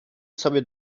sobie